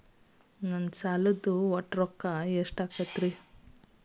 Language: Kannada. ನನ್ನ ಸಾಲದ ಒಟ್ಟ ರೊಕ್ಕ ಎಷ್ಟು?